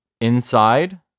inside